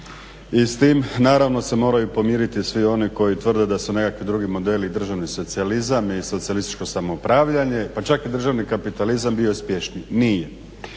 I s tim naravno se moraju pomiriti svi oni koji tvrde da su nekakvi drugi modeli i državni socijalizam i socijalističko samoupravljanje, pa čak i državni kapitalizam bio uspješniji. Nije.